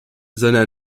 seiner